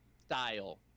style